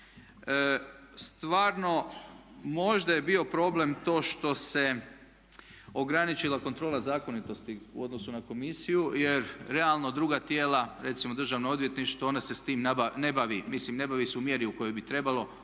stvarno možda je bio problem to što se ograničila kontrola zakonitosti u odnosu na komisiju jer realno druga tijela recimo državna odvjetništva ono se sa time ne bavi. Mislim ne bavi se u mjeri u kojoj bi trebalo.